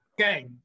Okay